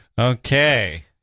Okay